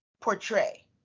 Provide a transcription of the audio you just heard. portray